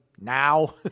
now